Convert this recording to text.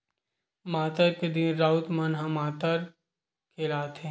मातर के दिन राउत मन ह मातर खेलाथे